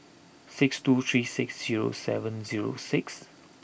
six two three six zero seven zero six